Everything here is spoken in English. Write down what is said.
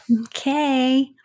Okay